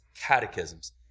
catechisms